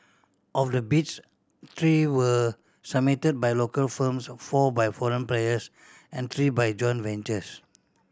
of the bids three were submit by local firms four by foreign players and three by joint ventures